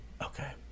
Okay